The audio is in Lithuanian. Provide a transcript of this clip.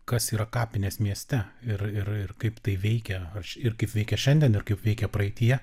kas yra kapinės mieste ir ir ir kaip tai veikia aš ir kaip veikia šiandien kaip veikė praeityje